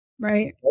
Right